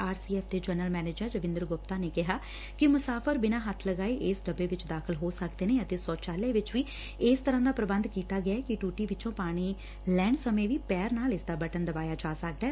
R C F ਦੇ general manager Ravinder Gupta ਨੇ ਕਿਹਾ ਕਿ ਮੁਸਾਫ਼ਰ ਬਿਨਾਂ ਹੱਬ ਲਗਾਏ ਇਸ ਡੱਬੇ ਚ ਦਾਖਲ ਹੋ ਸਕਦੇ ਨੇ ਅਤੇ ਸ਼ੋਚਾਲਿਆ ਵਿਚ ਵੀ ਇਸ ਤਰੁਾਂ ਦਾ ਪ੍ਰਬੰਧ ਕੀਤਾ ਗਿਆ ਕਿ ਟੁਟੀ ਵਿਚੋਂ ਪਾਣੀ ਲੈਣ ਸਮੇਂ ਵੀ ਪੈਰ ਨਾਲ ਇਸ ਦਾ ਬਟਨ ਦਬਾਇਆ ਜਾ ਸਕਦੈ